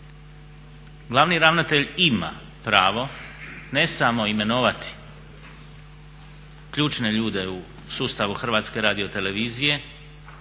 Glavni ravnatelj ima pravo ne samo imenovati ključne ljude u sustavu HRT-a preko kojih